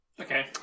Okay